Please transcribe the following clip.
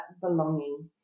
belonging